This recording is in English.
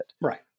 Right